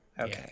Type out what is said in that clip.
Okay